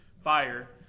fire